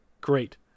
Great